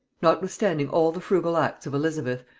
notwithstanding all the frugal arts of elizabeth,